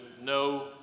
no